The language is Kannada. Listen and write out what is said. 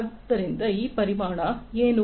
ಆದ್ದರಿಂದ ಈ ಪರಿಮಾಣ ಏನು